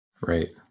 Right